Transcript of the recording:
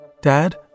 Dad